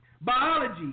biology